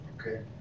Okay